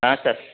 ಹಾಂ ಸರ್